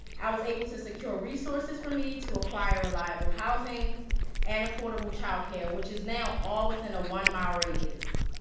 i was able to secure resources for me to acquire reliable housing and affordable childcare, which is now all within a one mile radius.